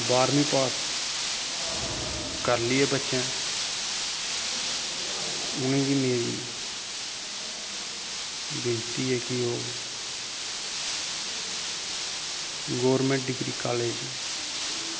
बाह्रमीं पास करी लेई ऐ बच्चैं उनेंगी मेरी बिनती ऐ कि ओह् गौरमैंट डिग्री कालेज़